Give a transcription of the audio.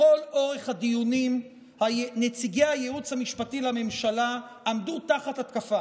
לכל אורך הדיונים נציגי הייעוץ המשפטי לממשלה עמדו תחת התקפה.